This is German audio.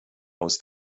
aus